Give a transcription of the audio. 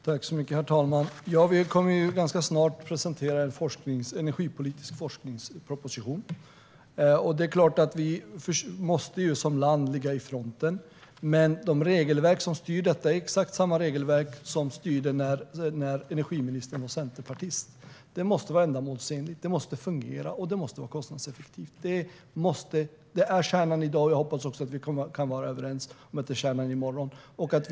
Herr talman! Vi kommer ganska snart att presentera en energipolitisk forskningsproposition. Vi måste som land ligga i fronten, men de regelverk som styr detta är exakt samma regelverk som styrde när vi hade en centerpartistisk energiminister. Det måste vara ändamålsenligt, det måste fungera och det måste vara kostnadseffektivt. Det är kärnan i dag, och jag hoppas att vi kan vara överens om att det är kärnan också i morgon.